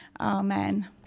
Amen